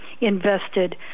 invested